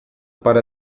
para